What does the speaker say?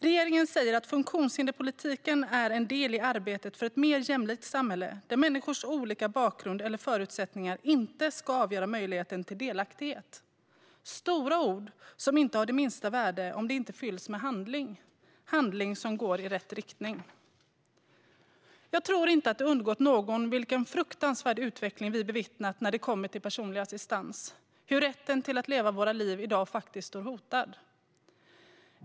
Regeringen säger att funktionshinderspolitiken är en del i arbetet för ett mer jämlikt samhälle, där människors olika bakgrund eller förutsättningar inte ska avgöra möjligheten till delaktighet. Det är stora ord som inte har det minsta värde om de inte fylls med handling - handling som går i rätt riktning. Jag tror inte att det undgått någon vilken fruktansvärd utveckling vi bevittnat vad gäller personlig assistans. Rätten till att leva våra liv står hotad.